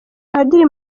padiri